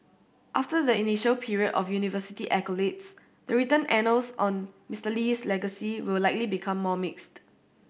after the initial period of universal accolades the written annals on Mister Lee's legacy will likely become more mixed